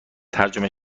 ترجمه